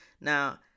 now